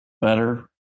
better